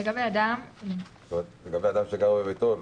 לגבי אדם שגר בביתו,